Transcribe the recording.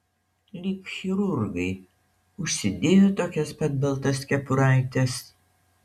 lyg chirurgai užsidėjo tokias pat baltas kepuraites